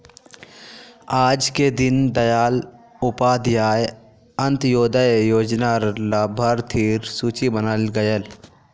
आजके दीन दयाल उपाध्याय अंत्योदय योजना र लाभार्थिर सूची बनाल गयेल